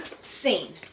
Scene